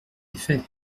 effet